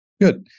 Good